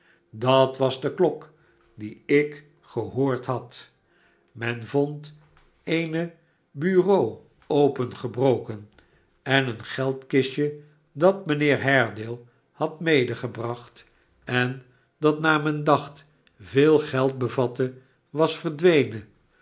dat was de klok die ik gehoord had men vond eene bureau opengebroken en een geldkistje dat mijnheer haredale had medegebracht en dat naar men dacht veel geld bevatte was verdwenen